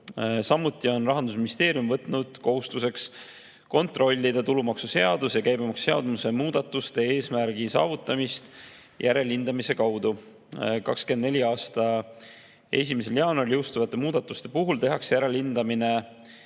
Samuti on Rahandusministeerium võtnud kohustuse kontrollida tulumaksuseaduse ja käibemaksuseaduse muudatuste eesmärgi saavutamist järelhindamise kaudu. 2024. aasta 1. jaanuaril jõustuvate muudatuste puhul tehakse järelhindamine